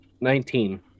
Nineteen